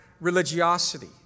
religiosity